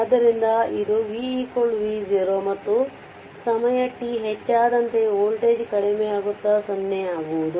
ಆದ್ದರಿಂದ ಇದು v v0ಮತ್ತು ಸಮಯ t ಹೆಚ್ಚಾದಂತೆ ವೋಲ್ಟೇಜ್ ಕಡಿಮೆಯಾಗುತ್ತಾ 0 ಆಗುವುದು